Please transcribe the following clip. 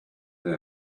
they